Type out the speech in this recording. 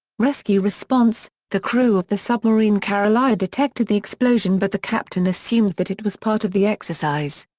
rescue response the crew of the submarine karelia detected the explosion but the captain assumed that it was part of the exercise.